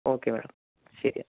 okay madam ശരി A